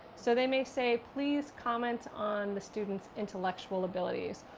so, they may say, please comment on the student's intellectual abilities.